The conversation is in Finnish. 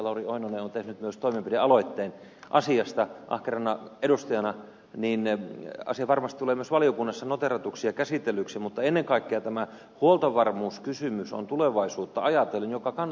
lauri oinonen on tehnyt myös toimenpidealoitteen asiasta ahkerana edustajana niin asia varmasti tulee myös valiokunnassa noteeratuksi ja käsitellyksi mutta ennen kaikkea tämä huoltovarmuuskysymys on tulevaisuutta ajatellen asia joka kannattaa pohtia